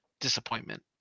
disappointment